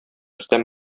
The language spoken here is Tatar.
рөстәм